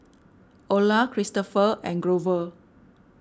Orla Christopher and Grover